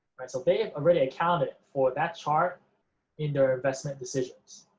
so they ah already accounted for that chart in their investment decisions.